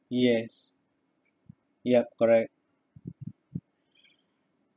yes yup correct